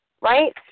right